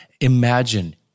Imagine